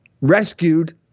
rescued